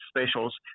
specials